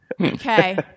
Okay